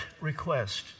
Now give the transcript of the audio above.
request